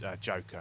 Joker